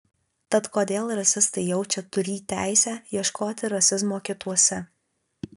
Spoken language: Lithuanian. tad kodėl rasistai jaučia turį teisę ieškoti rasizmo kituose